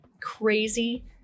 crazy